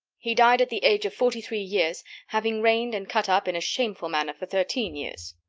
he died at the age of forty-three years, having reigned and cut up in a shameful manner for thirteen years.